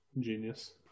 Genius